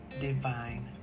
divine